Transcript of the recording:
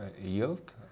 yield